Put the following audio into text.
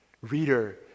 Reader